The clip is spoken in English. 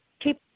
keep